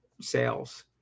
sales